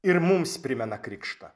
ir mums primena krikštą